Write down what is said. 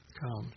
comes